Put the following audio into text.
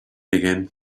again